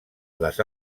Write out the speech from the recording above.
les